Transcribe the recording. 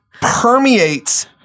permeates